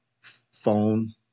phone